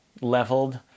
leveled